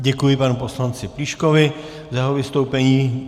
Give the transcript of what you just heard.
Děkuji panu poslanci Plíškovi za jeho vystoupení.